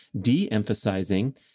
de-emphasizing